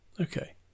okay